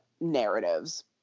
narratives